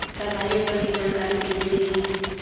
सरकारी योजना के जानकारी कइसे मिलही?